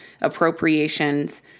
appropriations